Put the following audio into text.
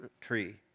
tree